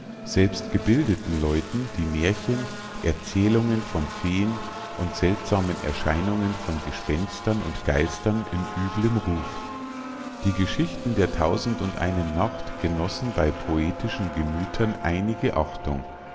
selbst gebildeten leuten die mährchen erzählungen von feen und seltsamen erscheinungen von gespenstern und geistern in üblem ruf die geschichten der tausend und einen nacht genossen bei poetischen gemüthern einige achtung